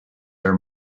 are